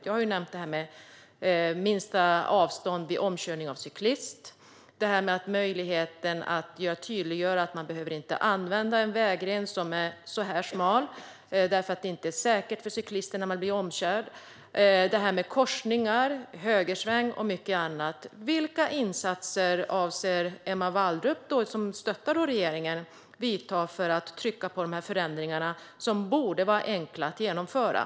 Jag har nämnt minsta avstånd vid omkörning av cyklist, möjligheten att tydliggöra att man inte behöver använda en väldigt smal vägren eftersom det inte är säkert för cyklisten att bli omkörd där, korsningar, högersväng och mycket annat. Vad avser Emma Wallrup, som stöttar regeringen, att göra för att trycka på för sådana förändringar? De borde vara enkla att genomföra.